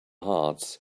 hearts